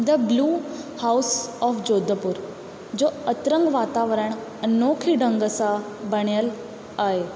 the blue house of Jodhpur जो अतरंग वातावरण अनोखे ढंग सां बणियल आहे